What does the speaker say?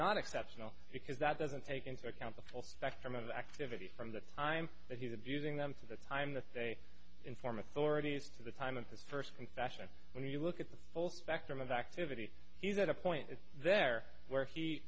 not exceptional because that doesn't take into account the full spectrum of activity from the time that he's abusing them for the time that they inform authorities to the time of his first confession when you look at the full spectrum of activity he's at a point is there where he